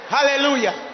Hallelujah